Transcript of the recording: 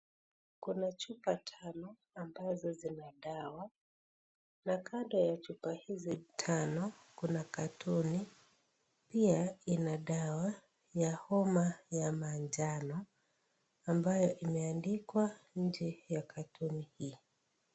Kuna chupa tano ambazo sina dawa na kando ya chupa hizi tano, kuna carton pia ina dawa ya homa ya manjano ambayo imeandikwa nje ya carton hii.